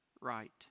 right